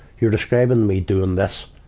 you're describing me doing this.